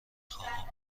خواهم